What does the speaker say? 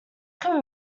could